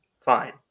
Fine